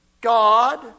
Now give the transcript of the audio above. God